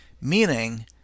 meaning